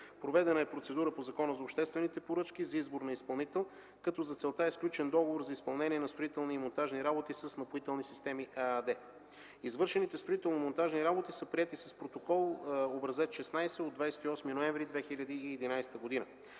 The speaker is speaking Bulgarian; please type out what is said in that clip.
Проведена е процедура по Закона за обществените поръчки за избор на изпълнител, като за целта е сключен договор за изпълнение на строителни и монтажни работи с „Напоителни системи” ЕАД. Извършените строително-монтажни работи са приети с протокол Образец 16 от 28 ноември 2011 г.